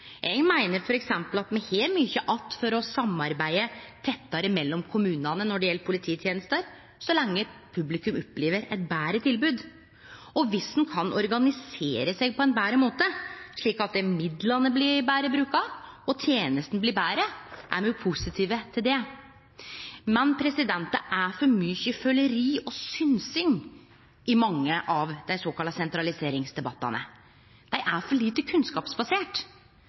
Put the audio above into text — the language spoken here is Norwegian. Eg meiner f.eks. at me har mykje att for tettare samarbeid mellom kommunane når det gjeld polititenester, så lenge publikum opplever eit betre tilbod, og dersom ein kan organisere seg på ein betre måte, slik at midlane blir bruka betre og tenestene blir betre, er me positive til det. Men det er for mykje føleri og synsing i mange av dei såkalla sentraliseringsdebattane. Dei er for lite